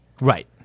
Right